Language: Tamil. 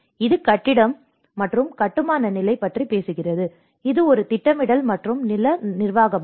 இது கட்டிடம் மற்றும் கட்டுமான நிலை பற்றி பேசுகிறது இது ஒரு திட்டமிடல் மற்றும் நில நிர்வாகமாகும்